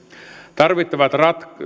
tarvittavat